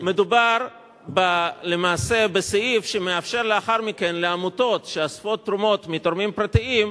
מדובר בסעיף שמאפשר לאחר מכן לעמותות שאוספות תרומות מתורמים פרטיים,